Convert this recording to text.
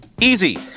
Easy